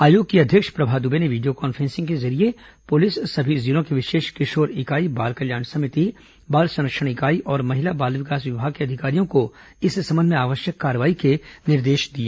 आयोग की अध्यक्ष प्रभा दुबे ने वीडियो कॉन्फ्रेंसिंग के जरिये पुलिस सभी जिलों की विशेष किशोर इकाई बाल कल्याण समिति बाल संरक्षण इकाई और महिला बाल विकास विभाग के अधिकारियों को इस संबंध में आवश्यक कार्रवाई करने के निर्देश दिए